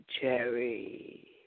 Cherry